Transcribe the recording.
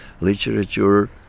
literature